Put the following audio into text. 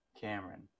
Cameron